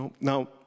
Now